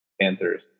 Panthers